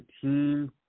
team